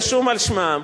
רשום על שמם,